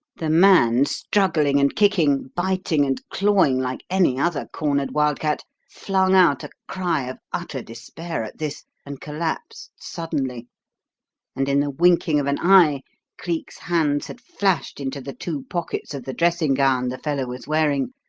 the man, struggling and kicking, biting and clawing like any other cornered wild cat, flung out a cry of utter despair at this, and collapsed suddenly and in the winking of an eye cleek's hands had flashed into the two pockets of the dressing-gown the fellow was wearing,